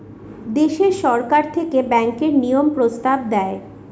দেশে সরকার থেকে ব্যাঙ্কের নিয়ম প্রস্তাব দেয়